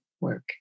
work